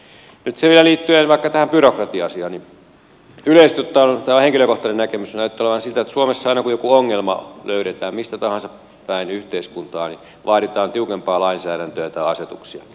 vielä liittyen vaikka tähän byrokratia asiaan niin yleisesti ottaen tämä on henkilökohtainen näkemys näyttää siltä että suomessa aina kun joku ongelma löydetään mistä tahansa päin yhteiskuntaa vaaditaan tiukempaa lainsäädäntöä tai asetuksia